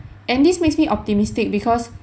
and this makes me optimistic because